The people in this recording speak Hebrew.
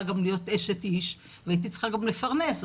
גם להיות אשת איש והייתי צריכה גם לפרנס,